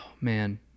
man